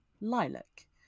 lilac